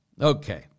Okay